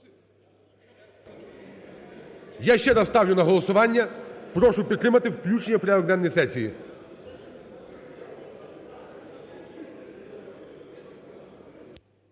Я ще раз ставлю на голосування, прошу підтримати включення в порядок денний сесії.